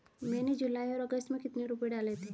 मैंने जुलाई और अगस्त में कितने रुपये डाले थे?